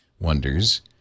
wonders